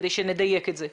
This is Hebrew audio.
כדי שנדייק את זה.